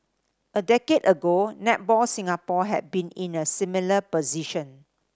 a decade ago Netball Singapore had been in a similar position